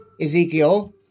Ezekiel